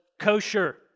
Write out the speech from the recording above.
kosher